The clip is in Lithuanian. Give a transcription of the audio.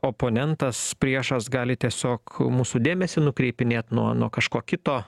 oponentas priešas gali tiesiog mūsų dėmesį nukreipinėt nuo nuo kažko kito